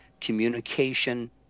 communication